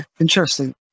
Interesting